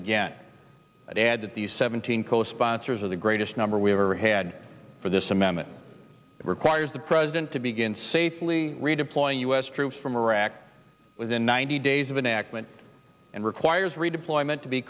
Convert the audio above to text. again and i'd add that the seventeen co sponsors of the greatest number we've ever had for this amendment requires the president to begin safely redeploying u s troops from iraq within ninety days of an accident and requires redeployment to be